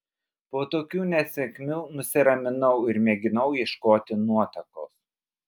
po tokių nesėkmių nusiraminau ir mėginau ieškoti nuotakos